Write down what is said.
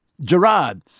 Gerard